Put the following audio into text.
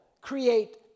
create